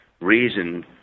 reason